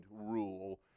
rule